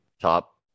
top